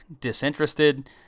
disinterested